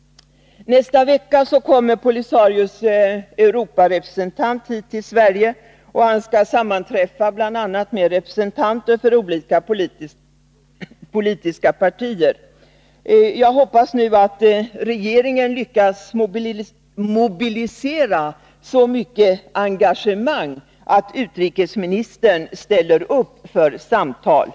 Nästa vecka kommer POLISARIO:s Europarepresentant hit till Sverige. Han skall sammanträffa bl.a. med representanter för olika politiska partier. Jag hoppas nu att regeringen lyckas mobilisera så mycket engagemang att utrikesministern ställer upp för ett samtal.